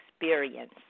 experience